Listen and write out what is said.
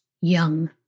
young